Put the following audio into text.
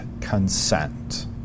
consent